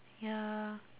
ya